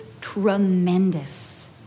tremendous